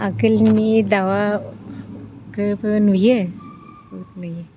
आगोलनि दाउआ गोबो नुयो